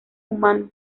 humanos